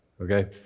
Okay